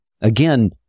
again